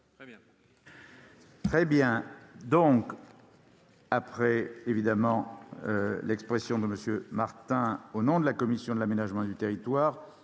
Très bien